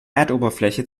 erdoberfläche